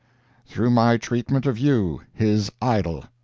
through my treatment of you, his idol!